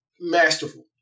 masterful